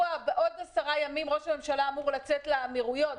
עוד עשרה ימים ראש הממשלה אמור לצאת לאמירויות.